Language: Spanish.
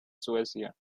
suecia